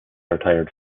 retired